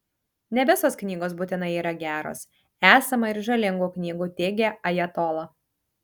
ne visos knygos būtinai yra geros esama ir žalingų knygų teigė ajatola